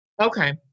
Okay